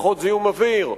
פחות זיהום אוויר,